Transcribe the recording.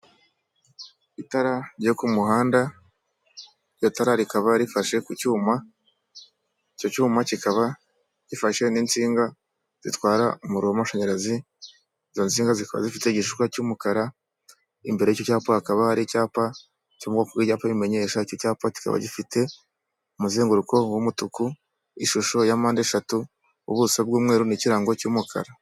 Itara ryo kumuhanda iryo tara rikaba rifashe ku cyuma icyo cyuma kikaba gifa n'insinga zitwara umuriro wamashanyarazi zazinga zikaba zifite igishushwa cy'umukara imbere y'icyapa hakaba hari icyapa igipa rimenyesha cy cyapa kikaba gifite umuzenguruko w'umutuku ishusho ya mpande eshatu ubuso bw'umweru n'ikirango cy'umukara.